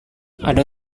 ada